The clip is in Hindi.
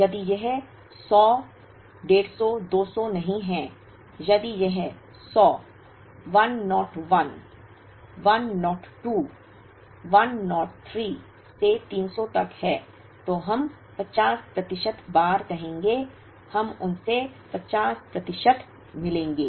यदि यह 100 150 200 नहीं है यदि यह 100 1 naught 1 1 naught 2 1 naught 3 से 300 तक है तो हम 50 प्रतिशत बार कहेंगे हम उनसे 50 प्रतिशत मिलेंगे